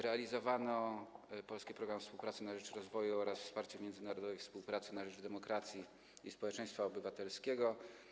Realizowano polski program współpracy na rzecz rozwoju oraz wsparcie międzynarodowej współpracy na rzecz demokracji i społeczeństwa obywatelskiego.